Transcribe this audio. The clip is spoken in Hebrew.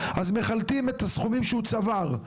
אז מחלטים את הסכומים שהוא צבר.